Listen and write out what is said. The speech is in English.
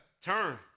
turn